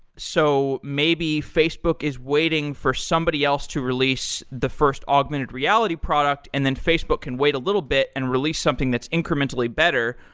so maybe, facebook is waiting for somebody else to release the first augmented reality product, and then facebook can wait a little bit and release something that's incrementally better.